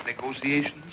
negotiations